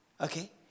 Okay